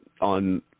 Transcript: on